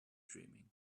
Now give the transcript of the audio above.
dreaming